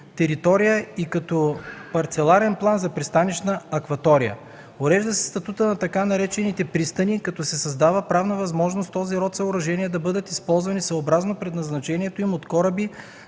територия и като парцеларен план за пристанищната акватория. Урежда се статутът на така наречените „пристани”, като се създава правна възможност този род съоръжения да бъдат използвани съобразно предназначението им от кораби